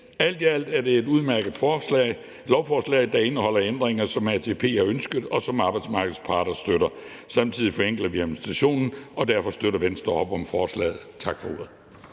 Alt i alt er det et udmærket lovforslag, der indeholder ændringer, som ATP har ønsket, og som arbejdsmarkedets parter støtter. Samtidig forenkler vi administrationen, og derfor støtter Venstre op om forslaget. Tak for ordet.